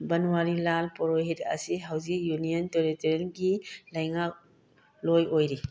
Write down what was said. ꯕꯟꯋꯥꯔꯤꯂꯥꯜ ꯄꯨꯔꯣꯍꯤꯠ ꯑꯁꯤ ꯍꯧꯖꯤꯛ ꯌꯨꯅꯤꯌꯟ ꯇꯦꯔꯤꯇꯣꯔꯦꯜꯒꯤ ꯂꯩꯉꯥꯛꯂꯣꯏ ꯑꯣꯏꯔꯤ